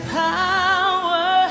power